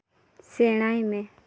ᱥᱮᱬᱟᱭ ᱢᱮ